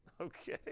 Okay